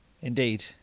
indeed